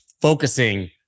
focusing